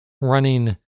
running